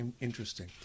interesting